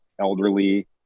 elderly